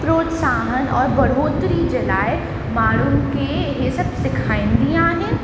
प्रोत्साहन और बढ़ोतरी जे लाइ माण्हुनि खे ही सभु सेखारींदी आहे